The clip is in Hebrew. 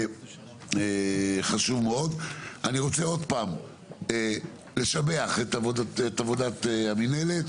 אני רוצה לשבח את עבודת המינהלת